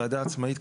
ועדה עצמאית,